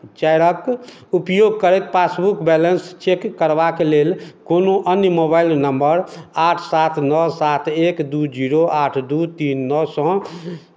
चारिक उपयोग करैत पासबुक बैलेन्स चेक करबाक लेल कोनो अन्य मोबाइल नम्बर आठ सात नओ सात एक दू जीरो आठ दू तीन नओसँ